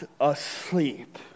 asleep